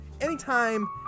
anytime